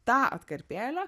tą atkarpėlę